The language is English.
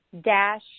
dash